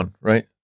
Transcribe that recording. right